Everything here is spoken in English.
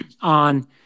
on